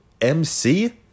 MC